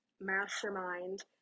Mastermind